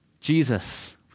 Jesus